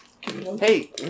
Hey